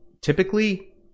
Typically